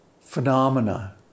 phenomena